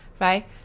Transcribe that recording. right